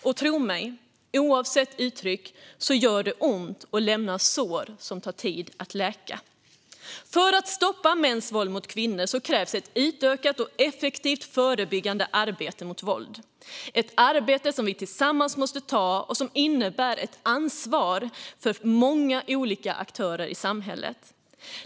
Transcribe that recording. Och tro mig - oavsett uttryck gör det ont och lämnar sår som tar tid att läka. För att stoppa mäns våld mot kvinnor krävs ett utökat och effektivt förebyggande arbete mot våld. Det är ett arbete som vi måste göra tillsammans och som innebär ett ansvar för många olika aktörer i samhället.